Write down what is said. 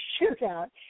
shootout